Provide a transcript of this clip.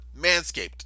Manscaped